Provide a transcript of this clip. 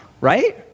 right